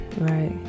right